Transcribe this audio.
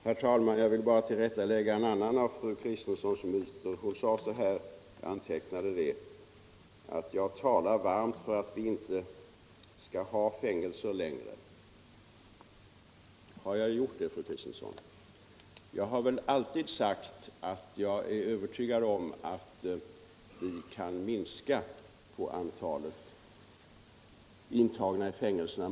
Herr talman! Jag vill bara tillrättalägga en annan av fru Kristenssons myter. Hon sade — jag antecknade det — att jag talar varmt för att vi inte skall ha fängelser längre. Har jag gjort det, fru Kristensson? Jag har alltid sagt att jag är övertygad om att vi kan minska antalet intagna i fängelserna.